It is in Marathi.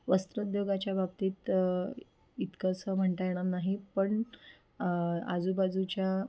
वस्त्रोद्योगाच्या बाबतीत इतकंसं म्हणता येणार नाही पण आजूबाजूच्या